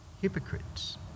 Hypocrites